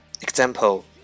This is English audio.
Example